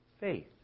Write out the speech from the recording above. faith